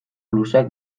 luzeak